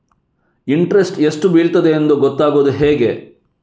Interest ಎಷ್ಟು ಬೀಳ್ತದೆಯೆಂದು ಗೊತ್ತಾಗೂದು ಹೇಗೆ?